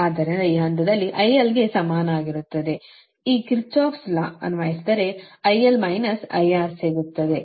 ಆದ್ದರಿಂದ ಈ ಹಂತದಲ್ಲಿ IL ಗೆ ಸಮನಾಗಿರುತ್ತದೆ ಈ ಕಿರ್ಚಾಪ್ಸ್ ಲಾKirchoffs law ಅನ್ವಯಿಸಿದರೆ IL IR ಸಿಗುತ್ತದೆ